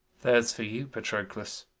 there's for you, patroclus.